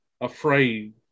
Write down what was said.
afraid